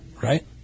Right